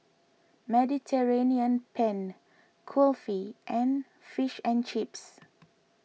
Mediterranean Penne Kulfi and Fish and Chips